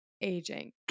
aging